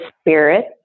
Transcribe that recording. spirit